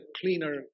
cleaner